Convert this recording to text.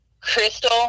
crystal